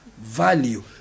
value